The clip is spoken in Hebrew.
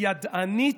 ידענית,